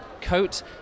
coat